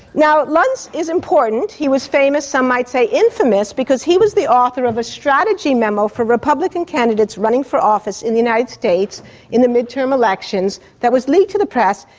luntz is important. he was famous, some might say infamous, because he was the author of a strategy memo for republican candidates running for office in the united states in the mid-term elections that was leaked to the press,